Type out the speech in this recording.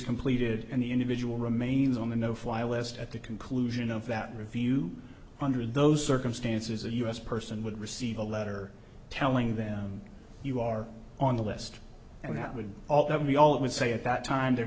completed and the individual remains on the no fly list at the conclusion of that review under those circumstances a u s person would receive a letter telling them you are on the list and that would be all it would say at that time there